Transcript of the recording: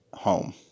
home